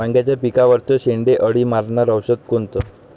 वांग्याच्या पिकावरचं शेंडे अळी मारनारं औषध कोनचं?